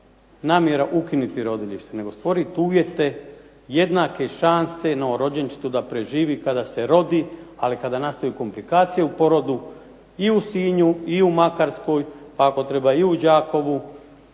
namjena ukinuti rodilišta nego stvoriti uvjete i jednake šanse novorođenčetu kada se rodi ali kada nastanu komplikacije u porodu i u Sinju i u Makarskoj pa ako treba i u Đakovu